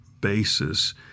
basis